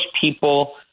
people